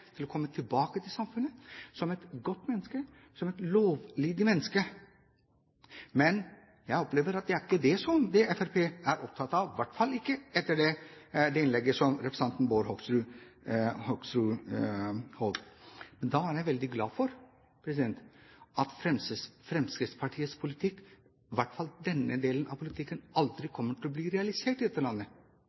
for å komme tilbake til samfunnet som et godt og lovlydig menneske. Jeg opplever at det ikke er det Fremskrittspartiet er opptatt av, i hvert fall ikke etter det innlegget som representanten Bård Hoksrud holdt. Da er jeg veldig glad for at Fremskrittspartiets politikk, i hvert fall denne delen av politikken, aldri kommer til å bli realisert i dette landet.